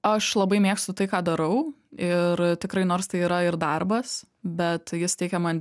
aš labai mėgstu tai ką darau ir tikrai nors tai yra ir darbas bet jis teikia man